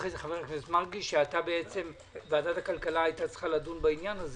אחרי זה חבר הכנסת מרגי שוועדת הכלכלה היתה צריכה לדון בעניין.